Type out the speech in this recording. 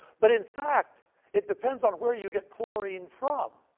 but in fact it depends on where you get chlorine from,